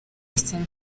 hussein